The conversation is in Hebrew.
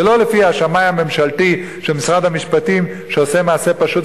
ולא לפי השמאי הממשלתי של משרד המשפטים שעושה מעשה פשוט,